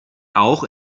auch